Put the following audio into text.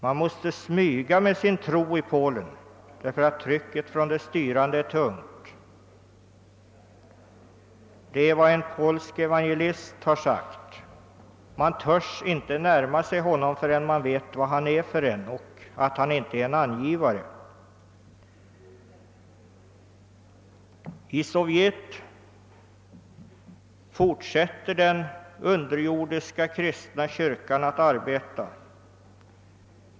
Man måste smyga med sin tro i Polen, ty trycket från de styrande är tungt. Man törs inte närma sig en person förrän man vet vem han är och att han inte är en angivare. I Sovjet fortsätter den underjordiska kristna kyrkan att arbeta.